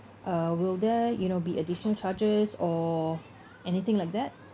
uh will there you know be additional charges or anything like that